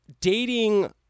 dating